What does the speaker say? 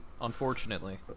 Unfortunately